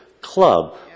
club